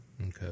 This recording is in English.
Okay